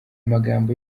magambo